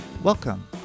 Welcome